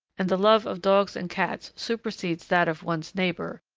and the love of dogs and cats supersedes that of one's neighbor,